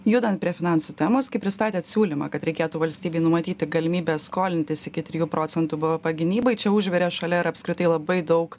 judant prie finansų temos kaip pristatėt siūlymą kad reikėtų valstybei numatyti galimybę skolintis iki trijų procentų bvp gynybai čia užvirė šalia ar apskritai labai daug